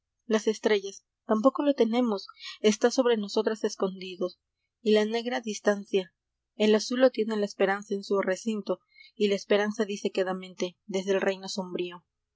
las estrellas tampoco lo tenemos está sobre nosotras escondido y la negra distancia el azul lo tiene la esperanza en su recinto y la esperanza dice quedamente desde el reino sombrío